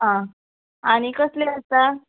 आ आनी कसलें आसा